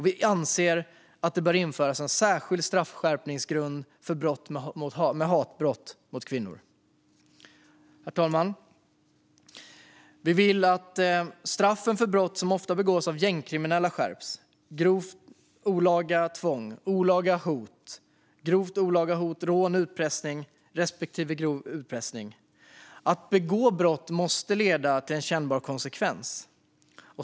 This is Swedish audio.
Vi anser att det bör införas en särskild straffskärpningsgrund för hatbrott mot kvinnor. Herr talman! Socialdemokraterna vill att straffen för brott som ofta begås av gängkriminella ska skärpas. Det gäller grovt olaga tvång, olaga hot, grovt olaga hot, rån, utpressning och grov utpressning. Att begå brott måste leda till en kännbar konsekvens.